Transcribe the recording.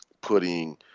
putting